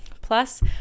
Plus